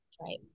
Right